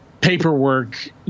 paperwork